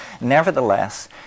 Nevertheless